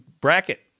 bracket